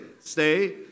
Stay